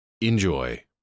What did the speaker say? Enjoy